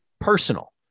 personal